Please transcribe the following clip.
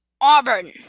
Auburn